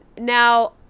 Now